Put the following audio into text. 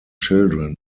children